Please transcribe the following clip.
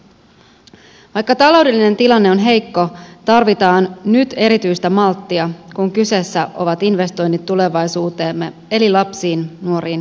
vaikka taloudellinen tilanne on heikko tarvitaan nyt erityistä malttia kun kyseessä ovat investoinnit tulevaisuuteemme eli lapsiin nuoriin ja perheisiin